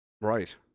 right